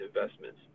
investments